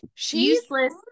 Useless